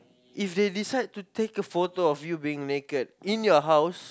if they decide to take a photo of you being naked in your house